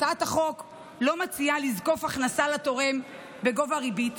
הצעת החוק לא מציעה לזקוף הכנסה לתורם בגובה הריבית